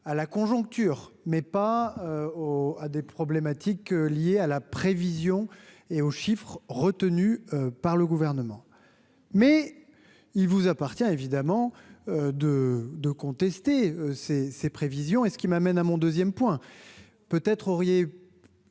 à la conjoncture, mais pas au à des problématiques liées à la prévision et au chiffre retenu par le gouvernement. Mais il vous appartient évidemment de de contester ces ces prévisions et ce qui m'amène à mon 2ème point peut-être auriez-vous